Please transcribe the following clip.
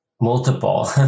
Multiple